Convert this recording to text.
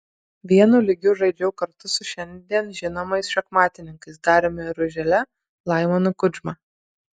vienu lygiu žaidžiau kartu su šiandien žinomais šachmatininkais dariumi ružele laimonu kudžma